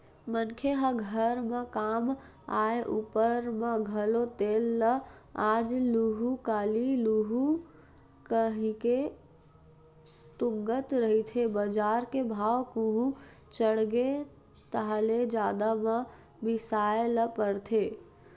मनखे ह घर म काम आय ऊपर म घलो तेल ल आज लुहूँ काली लुहूँ कहिके तुंगत रहिथे बजार के भाव कहूं चढ़गे ताहले जादा म बिसाय ल परथे